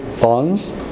bonds